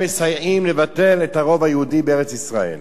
הם מסייעים לבטל את הרוב היהודי בארץ-ישראל.